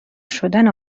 شدن